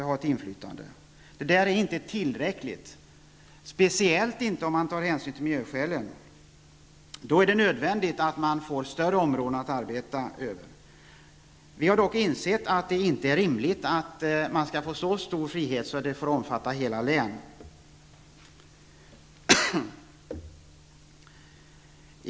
Det är inte tillräckligt, speciellt inte om hänsyn skall tas till miljöskälen. Då är det nödvändigt att kunna påverka större områden. Vi motionärer har dock insett att det inte är rimligt med en så stor frihet så att hela länet omfattas.